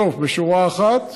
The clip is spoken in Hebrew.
בסוף, בשורה אחת,